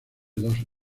dos